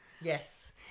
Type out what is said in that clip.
Yes